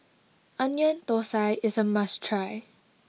Onion Thosai is a must try